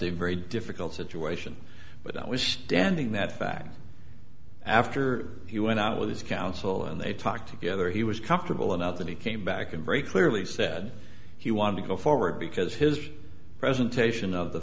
a very difficult situation but that was standing that fact after he went out with his counsel and they talked together he was comfortable enough that he came back and very clearly said he wanted to go forward because his presentation of the